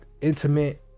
intimate